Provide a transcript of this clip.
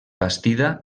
bastida